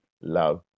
love